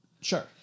Sure